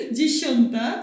Dziesiąta